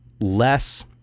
less